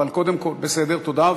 בסדר, תודה.